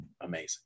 Amazing